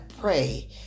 pray